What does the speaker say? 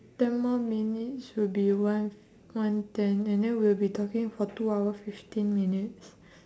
ten more minutes will be one one ten and then we'll be talking for two hour fifteen minutes